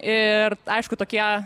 ir aišku tokie